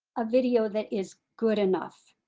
a video that is good enough,